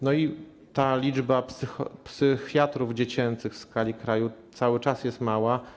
No i ta liczba psychiatrów dziecięcych w skali kraju cały czas jest mała.